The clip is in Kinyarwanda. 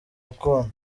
rukundo